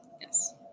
Yes